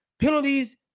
Penalties